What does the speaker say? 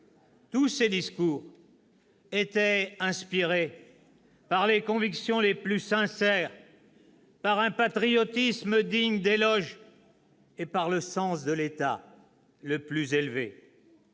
Tous ces discours étaient inspirés par les convictions les plus sincères, par un patriotisme digne d'éloges et par le sens de l'État le plus élevé.